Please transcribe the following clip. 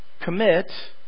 commit